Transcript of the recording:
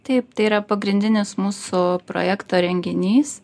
taip tai yra pagrindinis mūsų projekto renginys